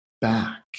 back